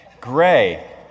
Gray